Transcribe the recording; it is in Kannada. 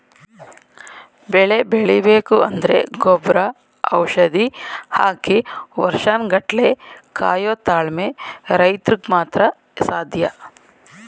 ಬೆಳೆ ಬೆಳಿಬೇಕು ಅಂದ್ರೆ ಗೊಬ್ರ ಔಷಧಿ ಹಾಕಿ ವರ್ಷನ್ ಗಟ್ಲೆ ಕಾಯೋ ತಾಳ್ಮೆ ರೈತ್ರುಗ್ ಮಾತ್ರ ಸಾಧ್ಯ